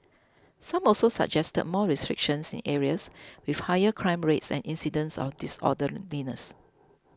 some also suggested more restrictions in areas with higher crime rates and incidents of disorderliness